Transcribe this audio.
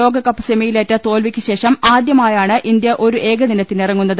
ലോകകപ്പ് സെമിയിലേറ്റ തോൽവിക്കുശേഷം ആദ്യമായാണ് ഇന്ത്യ ഒരു ഏകദിനത്തിനിറങ്ങുന്നത്